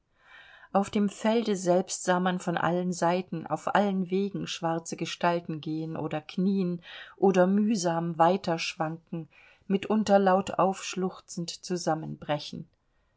auf dem felde selbst sah man von allen seiten auf allen wegen schwarze gestalten gehen oder knien oder mühsam weiter schwanken mitunter laut aufschluchzend zusammenbrechen